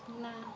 ନା